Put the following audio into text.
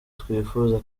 twifuza